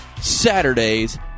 Saturdays